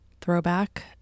throwback